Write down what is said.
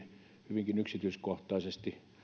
hyvinkin yksityiskohtaisesti